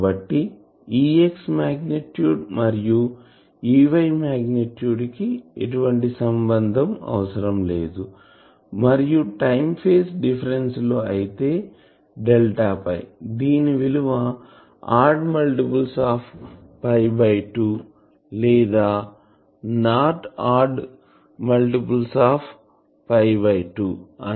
కాబట్టి Ex magnitude మరియుEy magnitude కి ఎటువంటి సంబంధం అవసరం లేదు మరియు టైం ఫేజ్ డిఫరెన్సు లో అయితే డెల్టా పై దీని విలువ ఆడ్ మల్టిపుల్ ఆఫ్ 2 లేదా నాట్ ఆడ్ మల్టిపుల్ ఆఫ్ 2